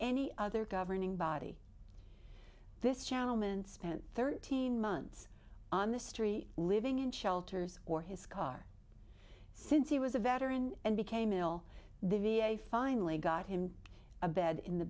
any other governing body this channel man spent thirteen months on the street living in shelters or his car since he was a veteran and became ill the v a finally got him a bed in the